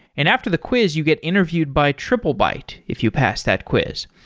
and after the quiz you get interviewed by triplebyte if you pass that quiz.